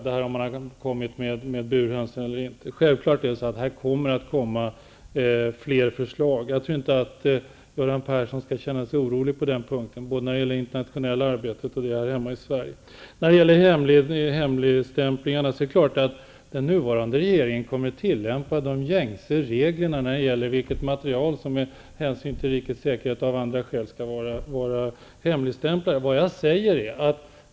Det kommer självfallet fler förslag, både när det gäller det internationella arbetet och när det gäller förhållandena här hemma i Sverige. Jag tror inte att Göran Persson behöver vara orolig på den punkten. Beträffande hemligstämplingarna är det klart att den nuvarande regeringen kommer att tillämpa gängse regler för vilket material som skall vara hemlistämplat med hänsyn till rikets säkerhet och av andra skäl.